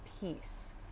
peace